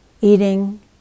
eating